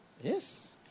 Yes